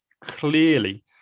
clearly